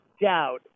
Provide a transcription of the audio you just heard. doubt